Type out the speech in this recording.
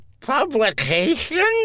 publication